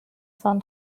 sun